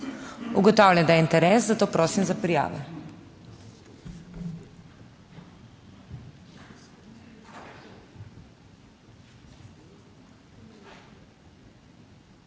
Ugotavljam, da je interes, zato prosim za prijave.